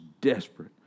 desperate